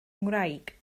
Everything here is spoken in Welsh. ngwraig